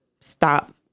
stop